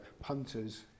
punters